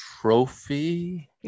trophy